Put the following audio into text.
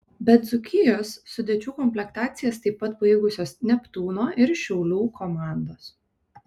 be dzūkijos sudėčių komplektacijas taip pat baigusios neptūno ir šiaulių komandos